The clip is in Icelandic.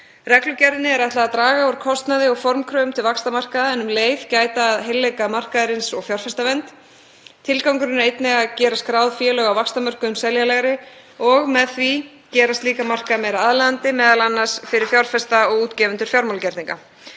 Reglugerðinni er ætlað að draga úr kostnaði og formkröfum til vaxtarmarkaða en um leið gæta að heilleika markaðarins og fjárfestavernd. Tilgangurinn er einnig að gera skráð félög á vaxtarmörkuðum seljanlegri og gera með því slíka markaði meira aðlaðandi, m.a. fyrir fjárfesta og útgefendur fjármálagerninga.